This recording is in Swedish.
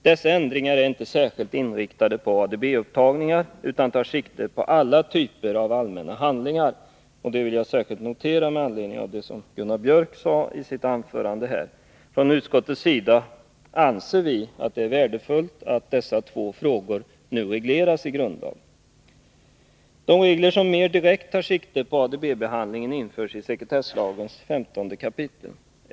Dessa ändringar är inte särskilt inriktade på ADB-upptagningar utan tar sikte på alla typer av allmänna handlingar — det vill jag särskilt framhålla med anledning av vad Gunnar Biörck i Värmdö sade i sitt anförande. Från utskottets sida anser vi att det är värdefullt att dessa två frågor nu regleras i grundlag. De regler som mera direkt tar sikte på ADB-behandling införs i sekretesslagens 15 kap.